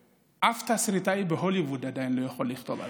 שאף תסריטאי בהוליווד עדיין לא יכול לכתוב עליו.